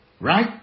Right